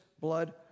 blood